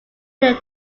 way